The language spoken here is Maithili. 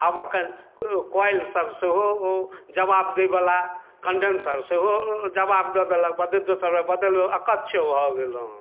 आब एखन कोइलसभ सेहो ओ जवाब दैवला कन्डेन्सर सेहो जवाब दऽ देलक बदललहुँ दोसर बेर बदललहुँ अकच्छ भऽ गेलहुँ